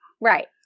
Right